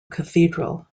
cathedral